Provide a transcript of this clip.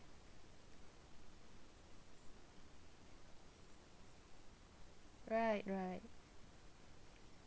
right right